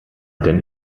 denn